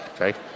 okay